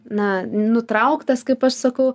na nutrauktas kaip aš sakau